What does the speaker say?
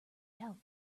doubt